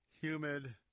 humid